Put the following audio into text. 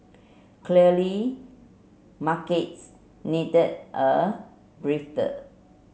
clearly markets needed a breather